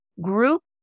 group